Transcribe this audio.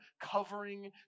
covering